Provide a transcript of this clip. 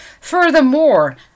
Furthermore